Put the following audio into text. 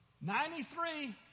Ninety-three